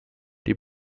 die